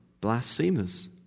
blasphemers